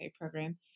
program